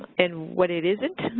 and what it isn't,